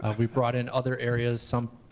ah we brought in other areas some,